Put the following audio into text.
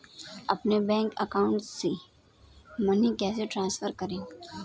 अपने bank account से money कैसे ट्रांसफर करें?